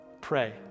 Pray